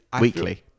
Weekly